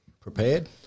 Prepared